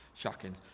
Shocking